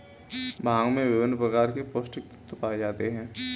भांग में विभिन्न प्रकार के पौस्टिक तत्त्व पाए जाते हैं